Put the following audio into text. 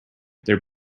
their